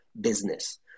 business